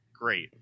great